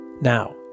Now